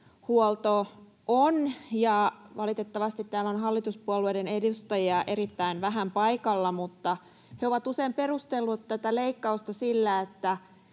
jälkihuolto on. Valitettavasti täällä on hallituspuolueiden edustajia erittäin vähän paikalla, mutta he ovat usein perustelleet tätä leikkausta sillä, että